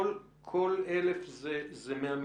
כל 1,000 זה 100 מיליון שקל.